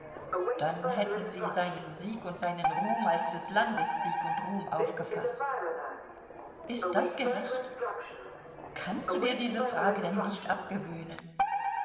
dann hätten sie seinen sieg und seinen ruhm als des landes sieg und ruhm aufgefaßt ist das gerecht kannst du dir diese frage denn nicht abgewöhnen